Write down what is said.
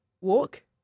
Walk